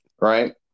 right